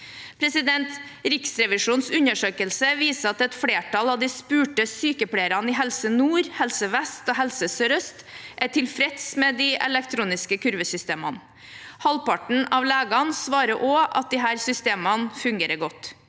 Riksrevisjonens undersøkelse viser at et flertall av de spurte sykepleierne i Helse nord, Helse vest og Helse sør-øst er tilfreds med de elektroniske kurvesystemene. Halvparten av legene svarer også at disse systemene fungerer godt.